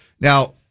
Now